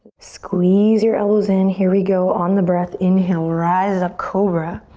squeeze your elbows in. here we go. on the breath, inhale, rise up, cobra.